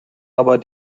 aber